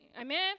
Amen